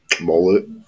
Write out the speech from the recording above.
Mullet